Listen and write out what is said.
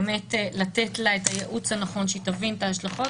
באמת את הייעוץ הנכון שהיא תבין את ההשלכות,